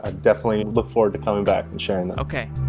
ah definitely look forward to coming back and sharing that okay.